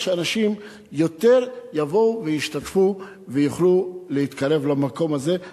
שאנשים יבואו יותר וישתתפו ויוכלו להתקרב למקום הזה,